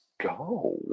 go